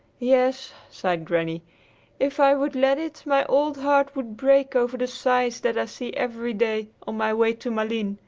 yes, sighed granny if i would let it, my old heart would break over the sights that i see every day on my way to malines.